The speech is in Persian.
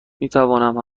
میتوانم